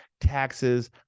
taxes